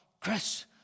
Chris